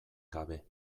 gabe